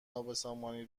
نابسامانی